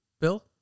Bill